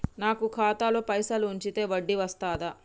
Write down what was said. నాకు ఖాతాలో పైసలు ఉంచితే వడ్డీ వస్తదా?